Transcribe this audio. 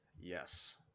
Yes